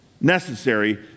necessary